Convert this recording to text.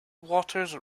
waters